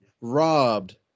robbed